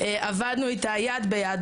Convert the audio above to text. עבדנו איתה יד ביד,